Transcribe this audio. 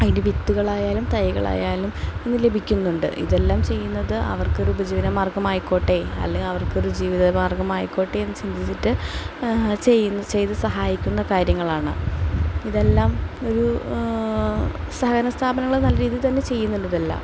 അതിൻ്റെ വിത്തുകളായാലും തൈകളായാലും ഇന്ന് ലഭിക്കുന്നുണ്ട് ഇതെല്ലാം ചെയ്യുന്നത് അവർക്കൊരു ഉപജീവനമാർഗ്ഗമായിക്കോട്ടെ അല്ലെങ്കിൽ അവർക്കൊരു ജീവിതമാർഗ്ഗമായിക്കോട്ടെയെന്ന് ചിന്തിച്ചിട്ട് ചെയ്യുന്ന ചെയ്തു സഹായിക്കുന്ന കാര്യങ്ങളാണ് ഇതെല്ലാം ഒരു സഹകരണ സ്ഥാപനങ്ങൾ നല്ല രീതിയിൽതന്നെ ചെയ്യുന്നുണ്ട് ഇതെല്ലാം